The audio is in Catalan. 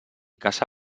caça